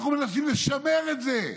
אנחנו מנסים לשמר את זה.